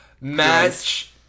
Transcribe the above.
Match